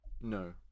No